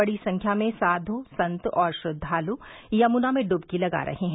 बड़ी संख्या में साधु संत और श्रद्वालु यमुना में ड्बकी लगा रहे हैं